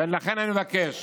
ולכן אני מבקש